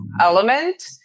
element